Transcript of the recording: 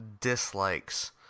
dislikes